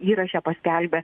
įraše paskelbė